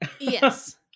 yes